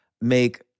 make